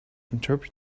interpret